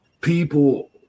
people